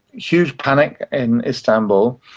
huge panic in istanbul,